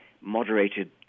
moderated